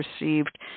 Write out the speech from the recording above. received